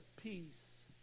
peace